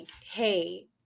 hey